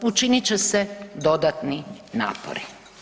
Učinit će se dodatni napori.